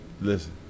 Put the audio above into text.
listen